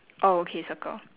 oh okay circle